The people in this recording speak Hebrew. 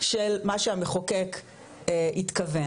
של מה שהמחוקק התכוון,